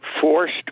forced